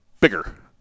bigger